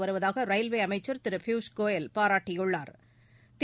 வருவதாக ரயில்வே அமைச்சா் திரு பியூஷ் கோயல் பாராட்டியுள்ளாா்